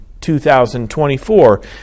2024